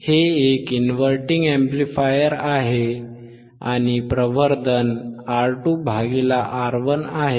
हे एक inverting amplifier आहे आणि प्रवर्धन R2R1 आहे